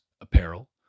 apparel